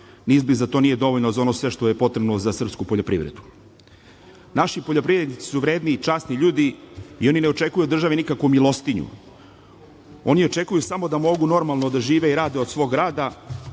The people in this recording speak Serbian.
izbliza to nije dovoljno za ono što je sve potrebno za srpsku poljoprivredu. Naši poljoprivrednici su vredni i časni ljudi i oni ne očekuju od države nikakvu milostinju. Oni očekuju samo da mogu normalno da žive i rade od svog rada